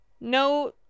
no